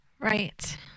right